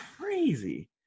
crazy